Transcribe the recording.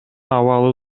абалы